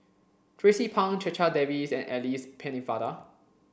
Tracie Pang Checha Davies and Alice Pennefather